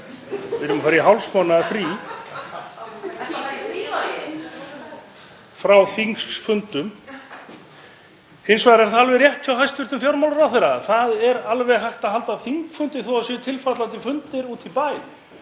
Við erum að fara í hálfsmánaðar frí frá þingflokksfundum. Hins vegar er það alveg rétt hjá hæstv. fjármálaráðherra að það er alveg hægt að halda þingfundi þó að það séu tilfallandi fundir úti í bæ.